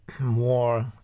more